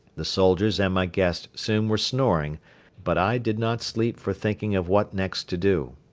the soldiers and my guest soon were snoring but i did not sleep for thinking of what next to do.